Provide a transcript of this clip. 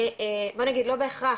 בוא נגיד לא בהכרח,